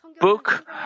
book